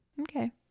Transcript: okay